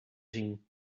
zien